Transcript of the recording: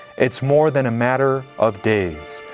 it's more than a matter of days.